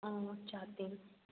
মোট চার দিন